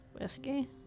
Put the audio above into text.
Whiskey